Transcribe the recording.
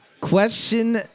Question